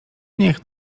niech